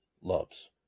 loves